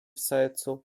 sercu